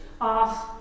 off